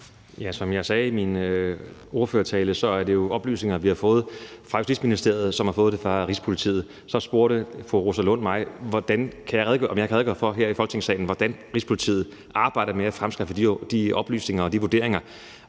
Som jeg sagde i min ministertale, er det jo oplysninger, vi har fået fra Justitsministeriet, som har fået det fra Rigspolitiet. Så spurgte fru Rosa Lund mig, om jeg her i Folketingssalen kan redegøre for, hvordan Rigspolitiet arbejder med at fremskaffe de oplysninger og de vurderinger,